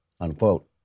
Unquote